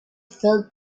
felt